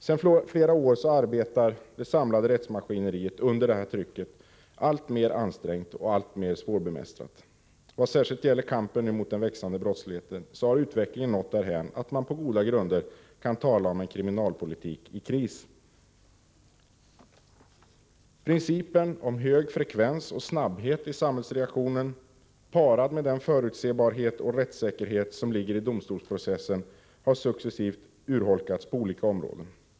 Sedan flera år tillbaka arbetar det samlade rättsmaskineriet under trycket av alltmer ansträngda och svårbemästrade förhållanden. Vad särskilt gäller kampen mot den växande brottsligheten har utvecklingen nu nått därhän att man på goda grunder kan tala om en kriminalpolitik i kris. Principen om hög frekvens och snabbhet i samhällsreaktionen parad med den förutsebarhet och rättssäkerhet som ligger i domstolsprocessen har successivt urholkats på olika områden.